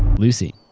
lucy.